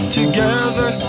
together